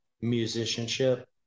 musicianship